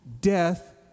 death